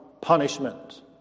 punishment